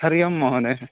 हरिः ओं महोदयः